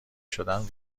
شدن